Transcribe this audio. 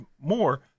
more